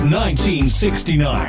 1969